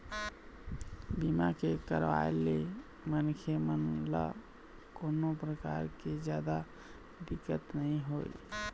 बीमा के करवाय ले मनखे मन ल कोनो परकार के जादा दिक्कत नइ होवय